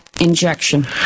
Injection